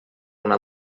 una